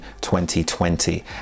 2020